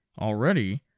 Already